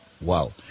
Wow